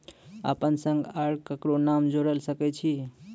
अपन संग आर ककरो नाम जोयर सकैत छी?